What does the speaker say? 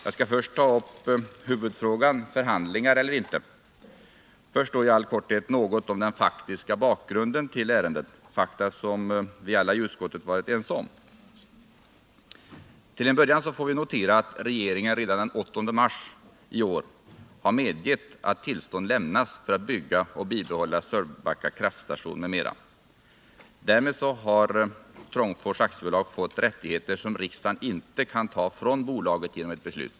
Jag skall först ta upp huvudfrågan — förhandlingar eller inte. Först i all korthet något om den faktiska bakgrunden till ärendet, fakta som vi alla i utskottet har varit ense om. Till en början får vi notera att regeringen redan den 8 mars i år har medgivit att tillstånd lämnas för att bygga och bibehålla Sölvbacka kraftstation m.m. Därmed har Trångfors AB fått rättigheter som riksdagen inte kan ta ifrån bolaget genom ett beslut.